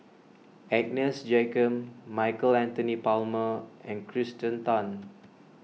Agnes Joaquim Michael Anthony Palmer and Kirsten Tan